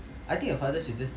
I think your father should just